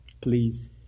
please